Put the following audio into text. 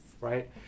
right